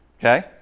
Okay